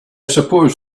suppose